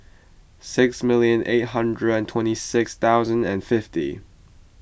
six million eight hundred and twenty six thousand and fifty